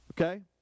Okay